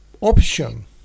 option